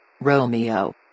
Romeo